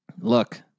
Look